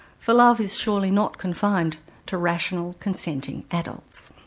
for love is surely not confined to rational consenting adults.